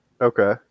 Okay